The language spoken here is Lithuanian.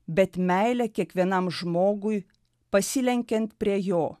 bet meile kiekvienam žmogui pasilenkiant prie jo